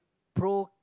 pro~